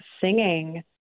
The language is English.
singing